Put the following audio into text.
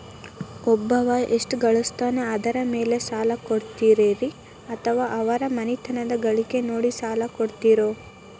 ಒಬ್ಬವ ಎಷ್ಟ ಗಳಿಸ್ತಾನ ಅದರ ಮೇಲೆ ಸಾಲ ಕೊಡ್ತೇರಿ ಅಥವಾ ಅವರ ಮನಿತನದ ಗಳಿಕಿ ನೋಡಿ ಸಾಲ ಕೊಡ್ತಿರೋ?